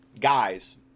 guys